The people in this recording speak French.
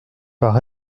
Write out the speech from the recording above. par